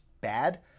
bad